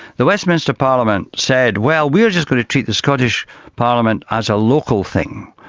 the westminster parliament said, well, we are just going to treat the scottish parliament as a local thing,